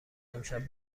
امشب